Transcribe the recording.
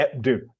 dude